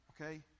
okay